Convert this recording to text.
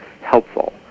helpful